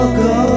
go